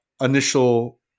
initial